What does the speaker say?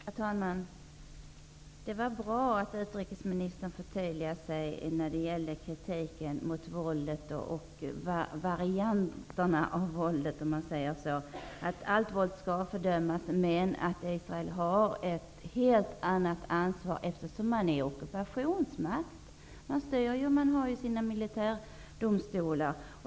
Herr talman! Det var bra att utrikesministern förtydligade sig när det gällde kritiken mot våldet och varianterna av det och sade att allt våld skall fördömas men att Israel har ett helt annat ansvar eftersom Israel är ockupationsmakt; man styr ju och man har sina militärdomstolar.